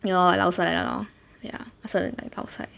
ya lor lao sai lor ya I started to like lao sai